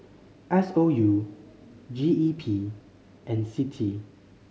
S O U G E P and CITI